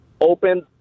open